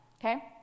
Okay